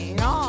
no